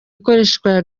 ikoreshwa